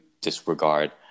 disregard